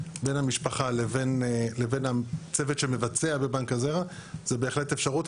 בין המשפחה לבין הצוות שמבצע בבנק הזרע זו בהחלט אפשרות.